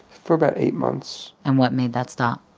for about eight months and what made that stop?